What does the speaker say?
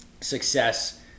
success